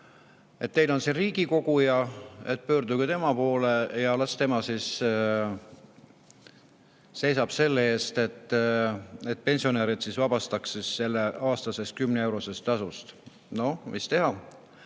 et teil on siin riigikoguja, pöörduge tema poole ja las tema siis seisab selle eest, et pensionärid vabastataks sellest aastasest 10-eurosest tasust. No mis teha?